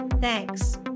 Thanks